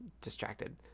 distracted